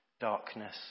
darkness